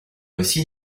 aussi